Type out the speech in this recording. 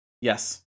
yes